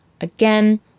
Again